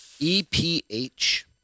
E-P-H